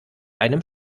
einem